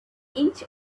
inch